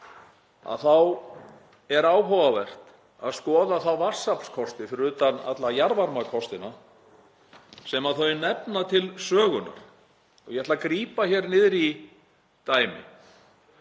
allt, er áhugavert að skoða þá vatnsaflskosti, fyrir utan alla jarðvarmakostina, sem þau nefna til sögunnar. Ég ætla að grípa niður í dæmi